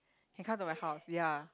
can come to my house ya